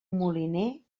moliner